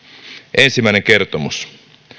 ensimmäinen kertomus